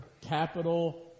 capital